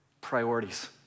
priorities